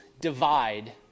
divide